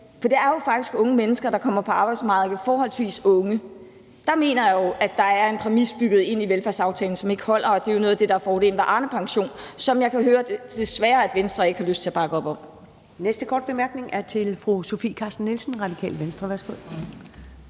for der er jo faktisk unge mennesker, der kommer på arbejdsmarkedet i en forholdsvis ung alder – og der mener jeg jo, at der er en præmis bygget ind i velfærdsaftalen, som ikke holder, og her er der jo en fordel ved Arnepensionen, som jeg kan høre at Venstre desværre ikke har lyst til at bakke op om.